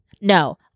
no